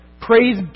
Praise